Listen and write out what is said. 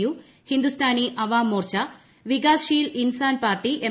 U Hindustani Awam Morcha Vikassheel Insaan party M